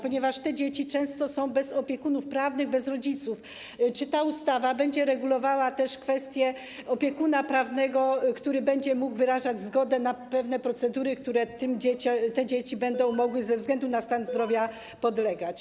Ponieważ te dzieci często są bez opiekunów prawnych, bez rodziców, to czy ta ustawa będzie regulowała też kwestie opiekuna prawnego, który będzie mógł wyrażać zgodę na pewne procedury, którym te dzieci będą mogły ze względu na stan zdrowia podlegać?